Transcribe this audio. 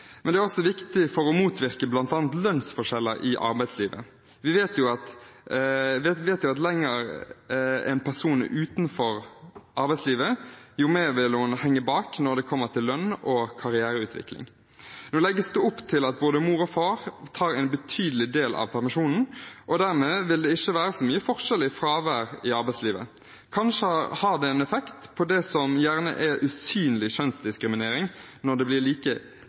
men det er også viktig for å motvirke bl.a. lønnsforskjeller i arbeidslivet. Vi vet at jo lenger en person er utenfor arbeidslivet, jo mer vil hun henge etter når det kommer til lønn og karriereutvikling. Nå legges det opp til at både mor og far tar en betydelig del av permisjonen, og dermed vil det ikke være så mye forskjell i fravær i arbeidslivet. Kanskje har det en effekt på det som gjerne er usynlig kjønnsdiskriminering, når det blir like